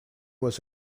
was